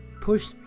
push